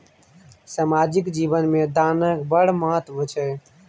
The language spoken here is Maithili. सामाजिक जीवन मे दानक बड़ महत्व छै